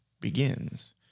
begins